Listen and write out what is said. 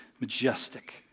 majestic